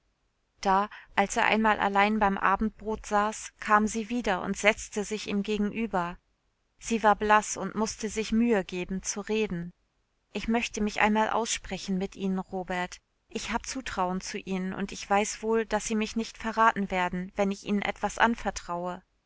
da als er einmal allein beim abendbrot saß kam sie wieder und setzte sich ihm gegenüber sie war blaß und mußte sich mühe geben zu reden ich möchte mich einmal aussprechen mit ihnen robert ich hab zutrauen zu ihnen und ich weiß wohl daß sie mich nicht verraten werden wenn ich ihnen etwas anvertraue